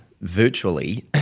virtually